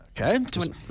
Okay